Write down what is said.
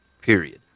period